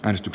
äänestys